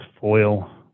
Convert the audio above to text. foil